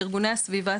של ארגוני הסביבה,